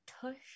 tush